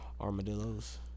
Armadillos